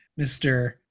Mr